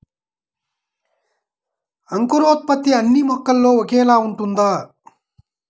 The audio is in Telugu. అంకురోత్పత్తి అన్నీ మొక్కలో ఒకేలా ఉంటుందా?